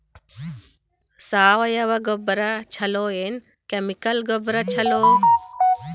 ಸಾವಯವ ಗೊಬ್ಬರ ಛಲೋ ಏನ್ ಕೆಮಿಕಲ್ ಗೊಬ್ಬರ ಛಲೋ?